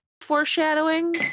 foreshadowing